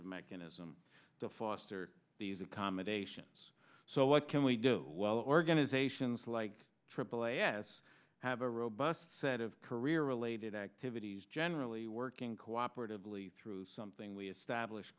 e mechanism to foster these accommodations so what can we do well organizations like aaa s have a robust set of career related activities generally working cooperatively through something we established